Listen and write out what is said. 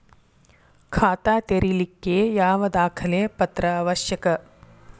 ಖಾತಾ ತೆರಿಲಿಕ್ಕೆ ಯಾವ ದಾಖಲೆ ಪತ್ರ ಅವಶ್ಯಕ?